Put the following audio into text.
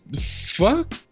Fuck